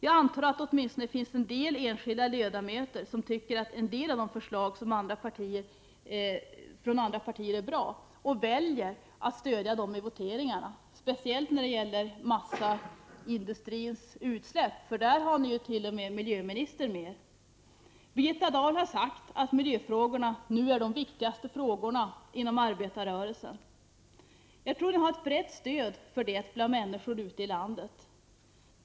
Jag antar att det finns åtminstone en del enskilda ledamöter som anser att en del av förslagen från andra partier är bra och väljer att stödja dem i voteringarna, speciellt när det gäller massaindustrins utsläpp. Där har ni ju i så fall t.o.m. miljöministern med er. Birgitta Dahl har sagt att miljöfrågorna nu är de viktigaste frågorna inom arbetarrörelsen. Jag tror att ni har ett brett stöd för det bland människor ute i landet.